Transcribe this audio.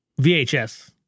VHS